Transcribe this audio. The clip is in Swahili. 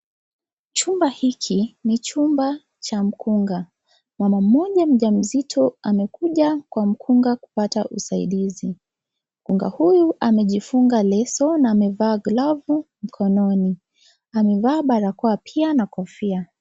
Chumba hiki, ni chumba cha mkunga. Mama mmoja mjamzito amekuja kwa mkunga kupata usaidizi. Mkunga huyu, amejifunga leso na amevaa glovu mkononi. Amevaa barakoa pia na kofia.